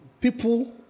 people